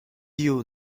you